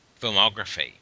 filmography